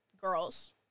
girls